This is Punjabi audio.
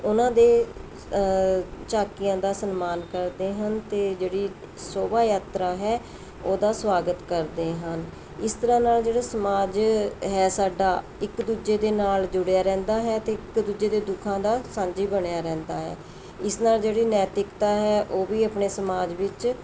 ਉਹਨਾਂ ਦੇ ਝਾਕੀਆਂ ਦਾ ਸਨਮਾਨ ਕਰਦੇ ਹਨ ਅਤੇ ਜਿਹੜੀ ਸੋਭਾ ਯਾਤਰਾ ਹੈ ਉਹਦਾ ਸਵਾਗਤ ਕਰਦੇ ਹਨ ਇਸ ਤਰ੍ਹਾਂ ਨਾਲ਼ ਜਿਹੜਾ ਸਮਾਜ ਹੈ ਸਾਡਾ ਇੱਕ ਦੂਜੇ ਦੇ ਨਾਲ਼ ਜੁੜਿਆ ਰਹਿੰਦਾ ਹੈ ਅਤੇ ਇੱਕ ਦੂਜੇ ਦੇ ਦੁੱਖਾਂ ਦਾ ਸਾਂਝੀ ਬਣਿਆ ਰਹਿੰਦਾ ਹੈ ਇਸ ਨਾਲ਼ ਜਿਹੜੀ ਨੈਤਿਕਤਾ ਹੈ ਉਹ ਵੀ ਆਪਣੇ ਸਮਾਜ ਵਿੱਚ